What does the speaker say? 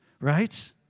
right